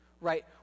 right